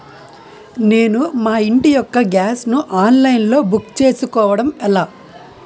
నేను మా ఇంటి యెక్క గ్యాస్ ను ఆన్లైన్ లో బుక్ చేసుకోవడం ఎలా?